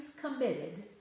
committed